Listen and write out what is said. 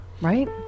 Right